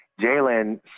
Jalen